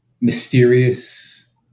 mysterious